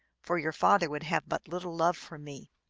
for your father would have but little love for me.